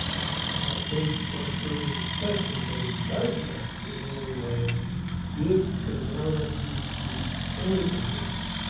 a date for further discussion, but it does not in any way give finality to any decision.